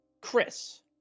chris